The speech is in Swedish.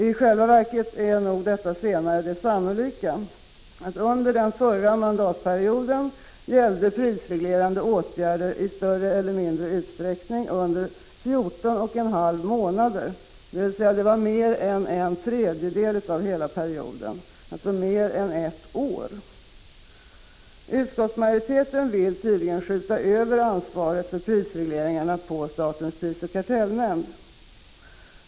I själva verket är nog det senare det sannolika. Under den förra mandatperioden gällde prisreglerande åtgärder i större eller mindre utsträckning under fjorton och en halv månad, dvs. mer än ett år och mer än en tredjedel av hela perioden. Utskottsmajoriteten vill tydligen skjuta över ansvaret för prisregleringarna på statens prisoch kartellnämnd.